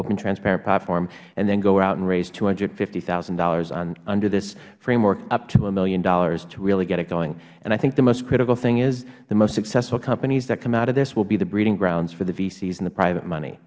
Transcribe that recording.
open transparent platform and then go out and raise two hundred and fifty thousand dollars under this framework up to one dollar million to really get it going and i think the most critical thing is the most successful companies that come out of this will be the breeding grounds for the vcs and the private money